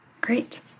great